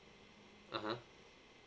(uh huh)